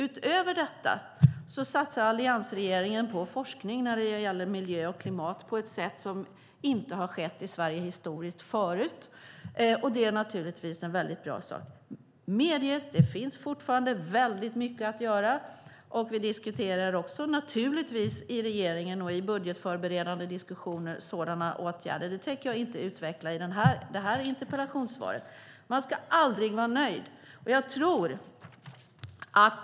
Utöver detta satsar alliansregeringen på forskning om miljö och klimat på ett sätt som inte har skett i Sverige historiskt förut. Det är naturligtvis väldigt bra. Det medges att det fortfarande finns väldigt mycket att göra. Vi diskuterar naturligtvis sådana åtgärder i regeringen och i budgetförberedande diskussioner. Det tänker jag inte utveckla i den här interpellationsdebatten. Man ska aldrig vara nöjd.